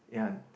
ya